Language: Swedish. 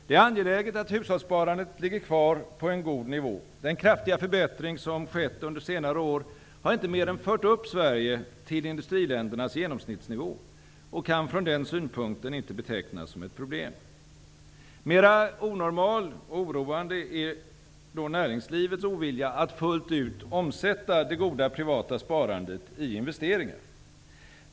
Det är angeläget att hushållssparandet ligger kvar på en god nivå. Den kraftiga förbättring som skett under senare år har inte mer än fört upp Sverige till industriländernas genomsnittsnivå och kan från den synpunkten inte betecknas som ett problem. Mera onormal och oroande är näringslivets ovilja att fullt ut omsätta det goda privata sparandet i investeringar.